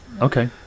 okay